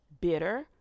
bitter